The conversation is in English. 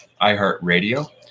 iHeartRadio